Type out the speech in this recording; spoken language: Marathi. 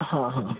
हा हा